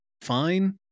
fine